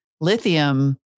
Lithium